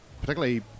particularly